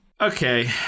Okay